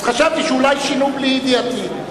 אז חשבתי שאולי שינו בלי ידיעתי.